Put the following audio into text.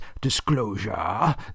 disclosure